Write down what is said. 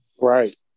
Right